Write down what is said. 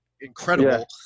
incredible